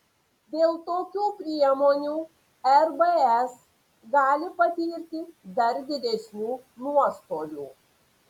dėl tokių priemonių rbs gali patirti dar didesnių nuostolių